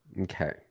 Okay